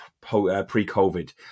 pre-covid